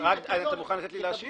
אתה מוכן לאפשר לי להשיב?